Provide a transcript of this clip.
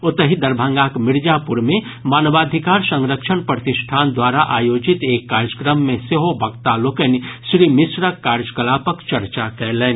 ओतहि दरभंगाक मिर्जापुर मे मानवाधिकार संरक्षण प्रतिष्ठान द्वारा आयोजित एक कार्यक्रम मे सेहो वक्ता लोकनि श्री मिश्रक कार्यकलापक चर्चा कयलनि